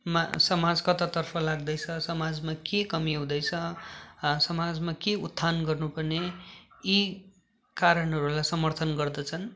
मा समाज कतातर्फ लाग्दैछ समाजमा के कमी हुँदैछ समाजमा के उत्थान गर्नुपर्ने यी कारणहरूलाई समर्थन गर्दछन्